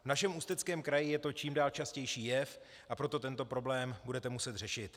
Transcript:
V našem Ústeckém kraji je to čím dál častější jev, a proto tento problém budete muset řešit.